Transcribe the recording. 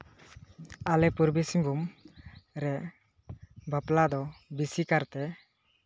ᱟᱞᱮ ᱯᱩᱨᱵᱤ ᱥᱤᱝᱵᱷᱩᱢ ᱨᱮ ᱵᱟᱯᱞᱟ ᱫᱚ ᱵᱮᱥᱤ ᱠᱟᱨᱛᱮ